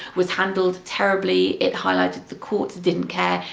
was handled terribly. it highlighted the courts didn't care,